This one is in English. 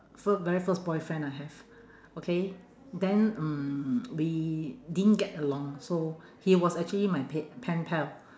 fir~ very first boyfriend I have okay then mm we didn't get along so he was actually my pe~ pen pal